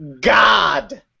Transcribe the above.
God